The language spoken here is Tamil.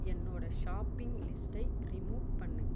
என்னோட ஷாப்பிங் லிஸ்ட்டை ரிமூவ் பண்ணு